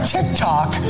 TikTok